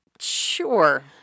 Sure